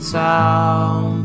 town